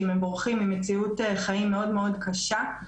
בורחים ממציאות חיים מאוד מאוד קשה.